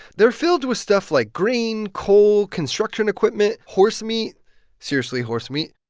they're filled with stuff like grain, coal, construction equipment, horse meat seriously, horse meat.